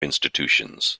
institutions